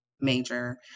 major